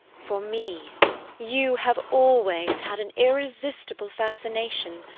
for me you have always had an irresistible fascination.